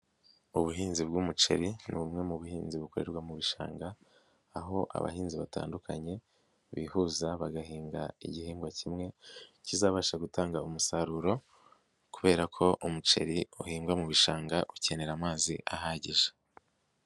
Ubuhinzi bw'umuceri ni bumwe mu buhinzi bukorerwa mu bishanga, aho abahinzi batandukanye, bihuza bagahinga igihingwa kimwe, kizabasha gutanga umusaruro kubera ko umuceri uhingwa mu bishanga, ukenera amazi ahagije.